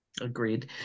Agreed